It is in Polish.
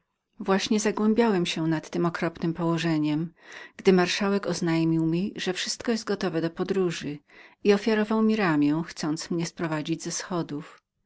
właśnie zagłębiałem się nad tem okropnem położeniem gdy marszałek oznajmił że wszystko było gotowem do podróży i ofiarował mi ramię chcąc mnie sprowadzić ze schodów